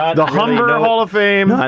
and humber hall of fame.